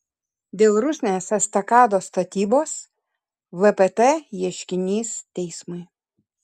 dėl rusnės estakados statybos vpt ieškinys teismui